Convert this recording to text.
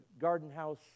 Gardenhouse